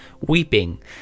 weeping